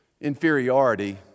inferiority